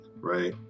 right